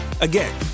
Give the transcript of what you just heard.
Again